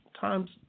Times